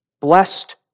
blessed